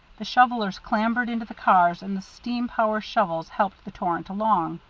the shovellers clambered into the cars and the steam power shovels helped the torrent along.